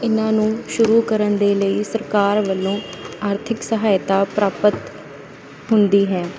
ਇਨ੍ਹਾਂ ਨੂੰ ਸ਼ੁਰੂ ਕਰਨ ਦੇ ਲਈ ਸਰਕਾਰ ਵੱਲੋਂ ਆਰਥਿਕ ਸਹਾਇਤਾ ਪ੍ਰਾਪਤ ਹੁੰਦੀ ਹੈ